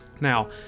Now